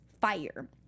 fire